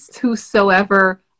whosoever